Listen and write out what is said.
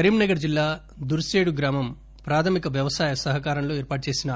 కరీంనగర్ జిల్లా దుర్పేడు గ్రామం ప్రాథమిక వ్యవసాయ సహకార లో ఏర్పాటు చేసిన